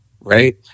right